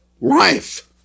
life